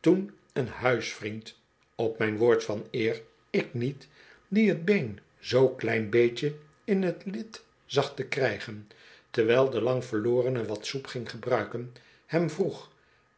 toen een huisvriend op mijn woord van eer ik niet die het been zoo'n klein beetje in t lid zag te krijgen terwijl de lang verlorene wat soep ging gebruiken hem vroeg